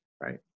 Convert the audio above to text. Right